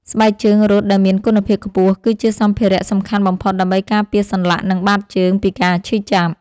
ស្បែកជើងរត់ដែលមានគុណភាពខ្ពស់គឺជាសម្ភារៈសំខាន់បំផុតដើម្បីការពារសន្លាក់ និងបាតជើងពីការឈឺចាប់។